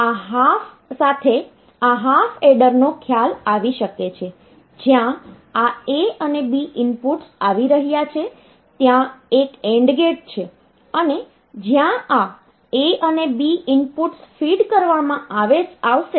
તેથી મને 1 XOR gate સાથે આ હાફ એડરનો ખ્યાલ આવી શકે છે જ્યાં આ A અને B ઇનપુટ્સ આવી રહ્યા છે ત્યાં એક AND ગેટ છે અને જ્યાં આ A અને B ઇનપુટ્સ ફીડ કરવામાં આવશે